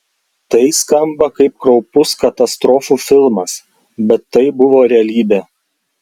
tai skamba kaip kraupus katastrofų filmas bet tai buvo realybė